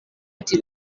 ati